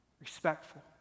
respectful